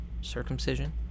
circumcision